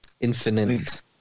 Infinite